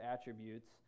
attributes